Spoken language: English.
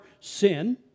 sin